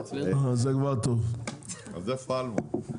אז איפה אלמוג?